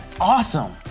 Awesome